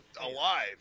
alive